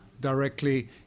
directly